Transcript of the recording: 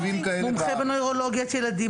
מומחה בנוירולוגית ילדים,